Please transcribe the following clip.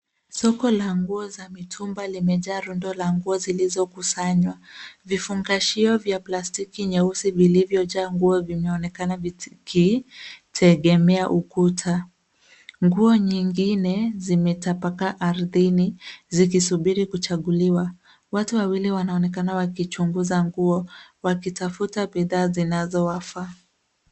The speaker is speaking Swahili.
Soko la nguo za mitumba limejaa rundo la nguo zilizokusanywa. Vifungashio vya plastiki nyeusi vilivyojaa nguo vinaonekana vikitegemea ukuta. Nguo nyingine zimetapaka ardhini zikisubiri kuchaguliwa. Watu wawili wanaonekana wakichunguza nguo wakitafuta bidhaa zinazowafaa.